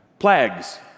Plagues